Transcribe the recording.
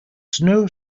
snow